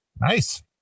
Nice